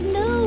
no